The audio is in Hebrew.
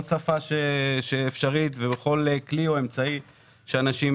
שפה אפשרית ובכל כלי או אמצעי שאנשים